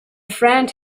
friend